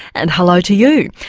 and hello to you.